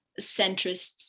centrists